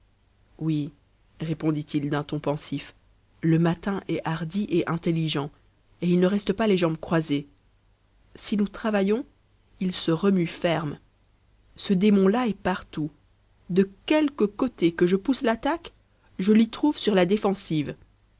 oui répondit-il d'un ton pensif le mâtin est hardi et intelligent et il ne reste pas les jambes croisées si nous travaillons il se remue ferme ce démon là est partout de quelque côté que je pousse l'attaque je l'y trouve sur la défensive